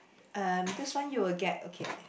um this one you will get okay ah